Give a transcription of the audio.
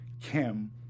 Kim